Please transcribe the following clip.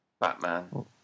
Batman